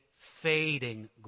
fading